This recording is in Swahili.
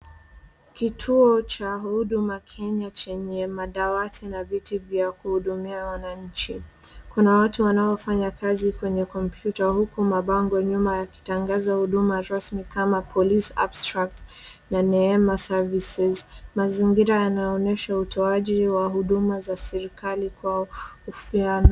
Kituo cha huduma kenya chenye madawati na viti vya kuhudumia wananchi. Kuna watu wanaofanya kazi kwenye kompyuta huku mabango nyuma yakitangaza huduma rasmi kama police abstract, na neema services. Mazingira yanaonyesha utoaji wa huduma za serikali kwao.